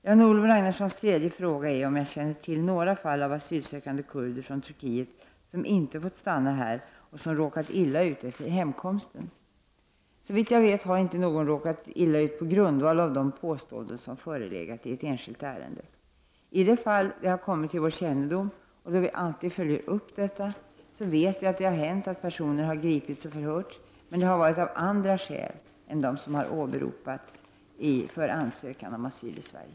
Jan-Olof Ragnarsson tredje fråga är om jag känner till några fall av asylsökande kurder från Turkiet som inte fått stanna här och som råkat illa ut efter hemkomsten. Såvitt jag vet har inte någon råkat illa ut på grundval av de påståenden som förelegat i ett enskilt ärende. I de fall det har kommit till vår kännedom och eftersom vi alltid följer upp detta, vet jag att det har hänt att personer har gripits och förhörts, men det har varit av andra skäl än de som åberopats för ansökan om asyl i Sverige.